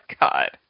God